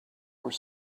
were